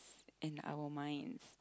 and our minds